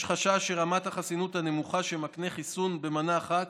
יש חשש שרמת החסינות הנמוכה שמקנה חיסון במנה אחת